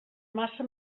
massa